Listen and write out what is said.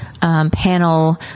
Panel